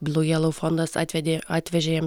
blu jelau fondas atvedė atvežė jiem